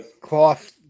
cloth